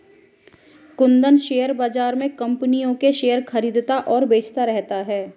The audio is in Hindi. कुंदन शेयर बाज़ार में कम्पनियों के शेयर खरीदता और बेचता रहता है